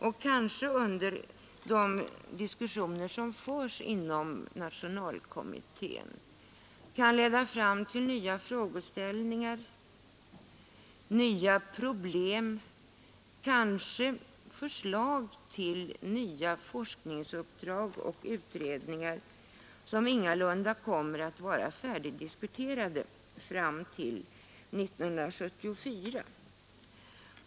Och kanske kan de diskussioner som förs inom nationalkommittén leda fram till nya frågeställningar, nya problem och förslag till nya forskningsuppdrag och utredningar som ingalunda kommer att vara färdigdiskuterade fram till 1974.